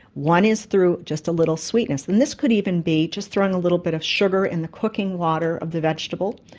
one is through just a little sweetness, and this could even be just throwing a little bit of sugar in the cooking water of the vegetable,